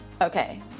Okay